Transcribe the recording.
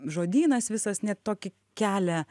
žodynas visas net tokį kelia